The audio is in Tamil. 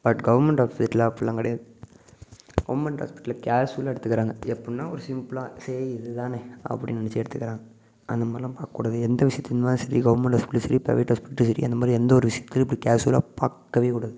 பட் கவுர்மெண்ட் ஹாஸ்பிட்டலில் அப்படிலாம் கிடையாது கவுர்மெண்ட் ஹாஸ்பிட்டலில் கேஷுவலாக எடுத்துக்கிறாங்க எப்புடின்னா ஒரு சிம்பிளாக சரி இதுதானே அப்படினு நினச்சி எடுத்துக்கிறாங்க அந்தமாதிரில்லாம் பார்க்கக்கூடாது எந்த விஷயத்துலையும் சரி கவுர்மெண்ட் ஹாஸ்பிட்டல்லேயும் சரி ப்ரைவேட் ஹாஸ்பிட்டல்லேயும் சரி அந்தமாதிரி எந்த ஒரு விஷயத்துலையும் இப்படி கேஷுவலாக பார்க்கவே கூடாது